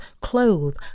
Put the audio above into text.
clothe